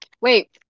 wait